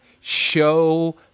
show